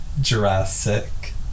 Jurassic